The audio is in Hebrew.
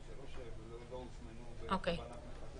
אבל זה לא שהם לא הוזמנו בכוונת מכוון.